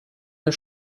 das